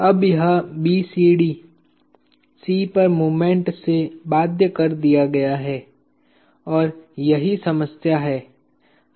अब यह BCD C पर मूवमेंट से बाध्य कर दिया गया है और यही समस्या है